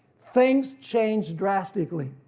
things changed drastically.